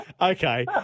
Okay